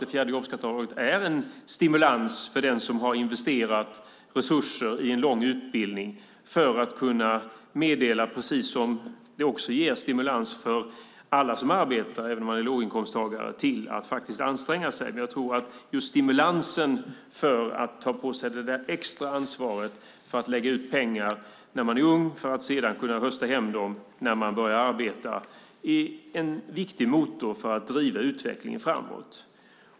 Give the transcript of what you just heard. Det fjärde jobbskatteavdraget är dock en stimulans för den som har investerat resurser i en lång utbildning, precis som det ger stimulans för alla som arbetar - även om man är låginkomsttagare - att faktiskt anstränga sig. Just stimulansen att ta på sig det där extra ansvaret, att lägga ut pengar när man är ung för att sedan kunna håva in dem när man börjar arbeta, är en viktig motor för att driva utvecklingen framåt.